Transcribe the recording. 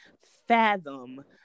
fathom